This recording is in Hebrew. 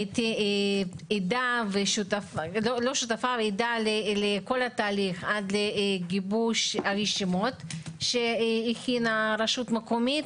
הייתי עדה לכל התהליך עד לגיבוש הרשימות שהכינה הרשות המקומית,